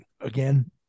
again